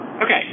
Okay